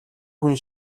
хүн